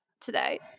today